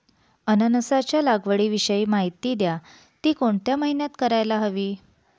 अननसाच्या लागवडीविषयी माहिती द्या, ति कोणत्या महिन्यात करायला हवी?